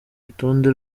rutonde